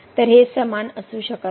तर हे समान असू शकत नाही